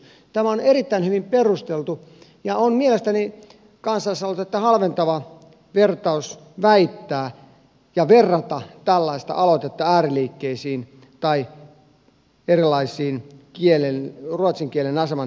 tämä on erittäin hyvin perusteltu ja on mielestäni kansalaisaloitetta halventava vertaus väittää ja verrata tällaista aloitetta ääriliikkeisiin tai erilaisiin ruotsin kielen asemaa heikentäviin historiallisiin tapahtumiin